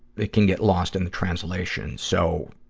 it can get lost in the translation. so,